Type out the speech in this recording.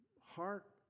heart